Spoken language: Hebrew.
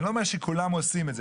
אני לא אומר שכולם עושים את זה,